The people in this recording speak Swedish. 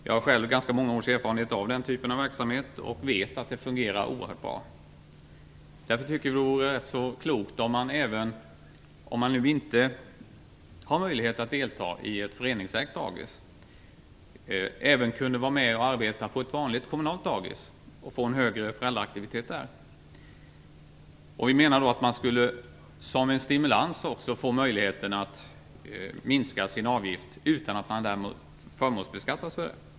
Jag har själv ganska många års erfarenhet av den typen av verksamhet och vet att det fungerar oerhört bra. Därför vore det klokt om även de som inte har möjlighet att delta i arbetet på ett föreningsägt dagis kunde vara med och arbeta på ett vanligt, kommunalt dagis, för att få en högre föräldraaktivitet där. Vi menar att de som en stimulans också skulle få möjligheten att minska sin avgift utan att förmånsbeskattas för det.